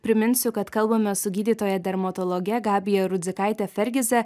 priminsiu kad kalbame su gydytoja dermatologe gabija rudzikaite fergize